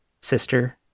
sister